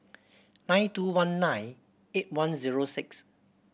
nine two one nine eight one zero six